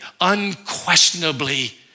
unquestionably